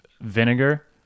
vinegar